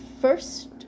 first